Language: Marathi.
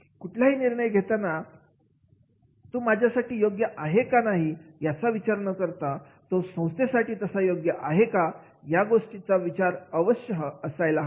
कुठलाही निर्णय घेताना तू माझ्यासाठी योग्य आहे का याचा विचार न करता तो संस्थेसाठी तसा योग्य आहे या गोष्टीचा नेहमी विचार व्हायला हवा